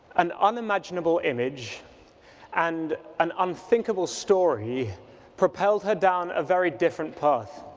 an unimaginable image and an unthinkable story propelled her down a very different path,